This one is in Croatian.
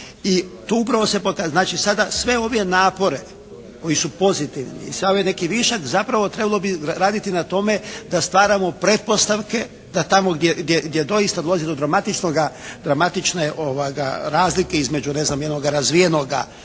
i to upravo se pokazalo. Znači, sada sve ove napore koji su pozitivni i sav ovaj neki višak zapravo trebalo bi raditi na tome da stvaramo pretpostavke da tamo gdje doista dolazi do dramatičnoga, dramatične razlike između ne znam jednoga razvijenoga